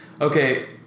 Okay